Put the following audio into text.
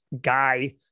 guy